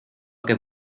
que